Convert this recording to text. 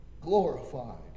glorified